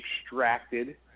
extracted